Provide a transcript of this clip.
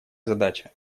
задача